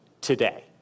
today